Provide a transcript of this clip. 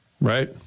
right